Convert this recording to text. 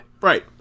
Right